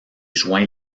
joint